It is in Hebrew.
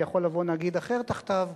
ויכול לבוא נגיד אחר תחתיו,